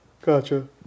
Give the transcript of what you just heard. Gotcha